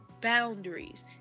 boundaries